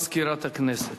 הכנסת.